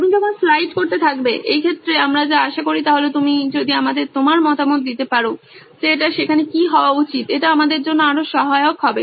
তুমি যখন স্লাইড করতে থাকবে এই ক্ষেত্রে আমরা যা আশা করি তা হল তুমি যদি আমাদের তোমার মতামত দিতে পারো যে এটি সেখানে কী হওয়া উচিত এটা আমাদের জন্য আরও সহায়ক হবে